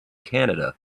canada